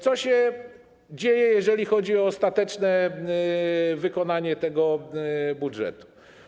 Co się dzieje, jeżeli chodzi o ostateczne wykonanie tego budżetu?